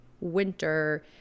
winter